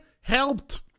helped